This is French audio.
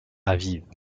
aviv